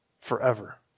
forever